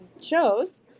shows